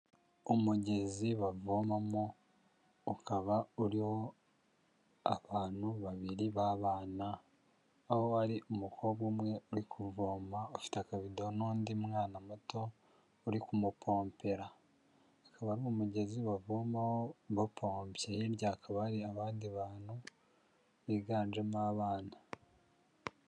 Umugezi bavomamo ukaba uriho abantu babiri b'abana aho hari umukobwa umwe uri kuvoma ufite akabido n'undi mwana muto uri kumupompera akaba ari umugezi bavomaho bapompye hirya hakaba hari abandi bantu biganjemo abana.